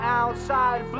outside